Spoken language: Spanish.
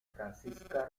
francisca